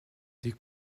des